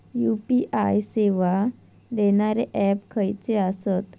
UPI सेवा देणारे app खयचे आसत?